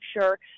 sure